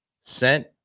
Sent